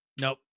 Nope